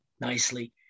nicely